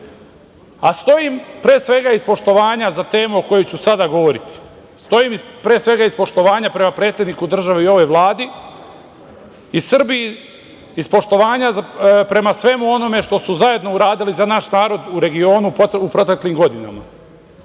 a stojim pre svega iz poštovanja za temu o kojoj ću sada govoriti. Stojim pre svega iz poštovanja prema predsedniku države i ovoj Vladi i Srbiji, iz poštovanja prema svemu onome što su zajedno uradili za naš narod u regionu u proteklim godinama.